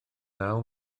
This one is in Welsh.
naw